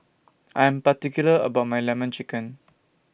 I Am particular about My Lemon Chicken